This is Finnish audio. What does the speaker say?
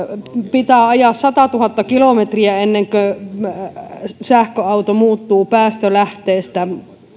pitää ajaa satatuhatta kilometriä ennen kuin sähköauto muuttuu päästölähteestä